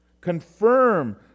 confirm